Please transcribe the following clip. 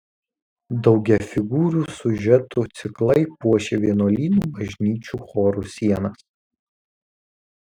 daugiafigūrių siužetų ciklai puošė vienuolynų bažnyčių chorų sienas